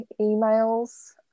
emails